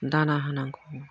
दाना होनांगौ